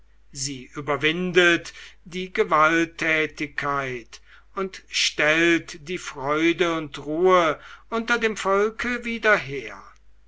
sie überwindet die gewalttätigkeit und stellt die freude und ruhe unter dem volke wieder her